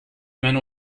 man